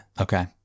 Okay